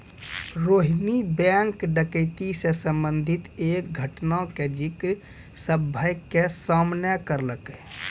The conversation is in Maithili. रोहिणी बैंक डकैती से संबंधित एक घटना के जिक्र सभ्भे के सामने करलकै